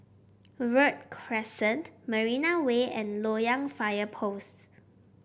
Verde Crescent Marina Way and Loyang Fire Post